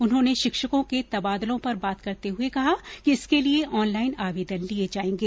उन्होंने शिक्षकों के तबादलों पर बात करते हुए कहा कि इसके लिये ऑनलाइन आवेदन लिये जायेंगे